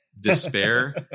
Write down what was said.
despair